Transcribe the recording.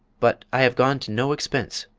but i have gone to no expense.